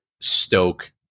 stoke